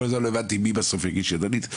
כל הזמן לא הבנתי מי בסוף יגיש ידנית.